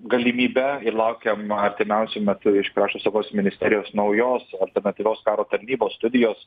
galimybe ir laukiam artimiausiu metu iš krašto apsaugos ministerijos naujos alternatyvios karo tarnybos studijos